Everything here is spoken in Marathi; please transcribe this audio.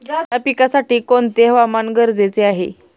कांदा पिकासाठी कोणते हवामान गरजेचे आहे?